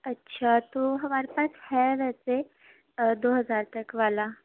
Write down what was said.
اچھا تو ہمارے پاس ہے ویسے دو ہزار تک والا